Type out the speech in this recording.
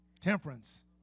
temperance